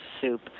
soup